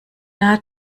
naher